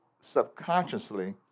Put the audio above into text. subconsciously